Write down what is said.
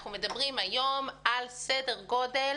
אנחנו מדברים היום על סדר גודל